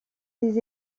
des